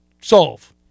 solve